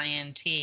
INT